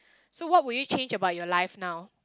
so what will you change about your life now